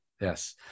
Yes